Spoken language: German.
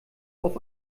auf